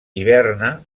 hiverna